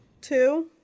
Two